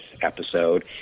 episode